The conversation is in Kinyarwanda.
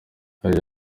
yagize